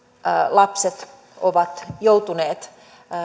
lapset ovat joutuneet